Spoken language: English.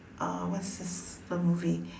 uh what's this the movie